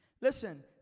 Listen